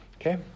Okay